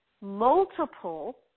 multiple